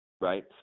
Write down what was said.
right